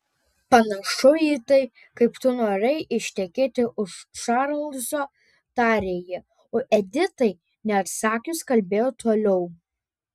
panašu į tai kaip tu norėjai ištekėti už čarlzo tarė ji o editai neatsakius kalbėjo toliau